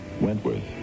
Wentworth